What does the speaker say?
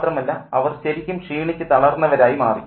മാത്രമല്ല അവർ ശരിക്കും ക്ഷീണിച്ചു തളർന്നവരായി മാറി